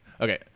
Okay